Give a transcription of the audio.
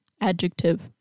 Adjective